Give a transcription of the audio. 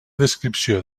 descripció